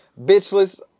bitchless